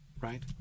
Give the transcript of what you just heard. right